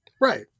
right